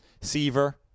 Seaver